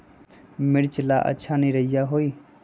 मिर्च ला अच्छा निरैया होई?